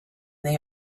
they